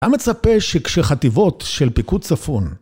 ‫מצפה שכשחטיבות של פיקוד צפון.